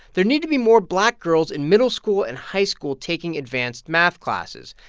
there need to be more black girls in middle school and high school taking advanced math classes.